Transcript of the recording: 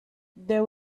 there